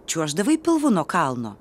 čiuoždavai pilvu nuo kalno